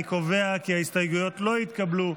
אני קובע כי ההסתייגויות לא התקבלו.